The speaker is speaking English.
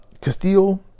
Castillo